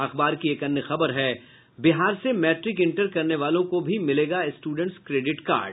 अखबार की एक अन्य खबर है बहार से मैट्रिक इंटर करने वालों को भी मिलेगा स्टूडेंट्स क्रेडिट कार्ड